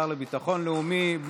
השר לביטחון הלאומי,